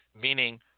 meaning